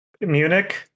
Munich